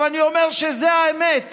עכשיו אני אומר שזאת האמת.